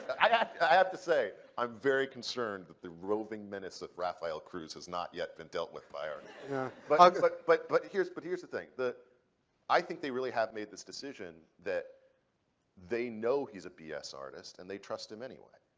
i have to say, i'm very concerned that the roving menace of rafael cruz has not yet been dealt with by our but like but but here's but here's the thing. the i think they really have made this decision that they know he's a b s. artist and they trust him anyway.